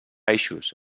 eixos